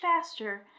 faster